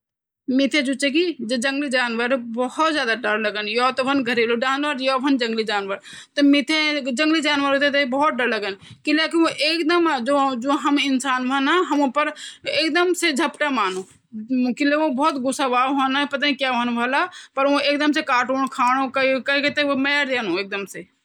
जब हम फोन करदन त पहला भाग माँ लग्यूँ माइक आवाज़ ते विघुत तरंगू माँ बदल्दु। जब यि तरंग दुसरा व्यक्ति का रिसीवर माँ प्होंचदन तब ध्वनि माँ बदल जंदु।